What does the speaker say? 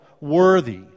worthy